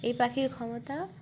এই পাখির ক্ষমতা